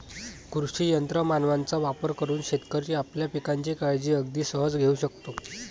कृषी यंत्र मानवांचा वापर करून शेतकरी आपल्या पिकांची काळजी अगदी सहज घेऊ शकतो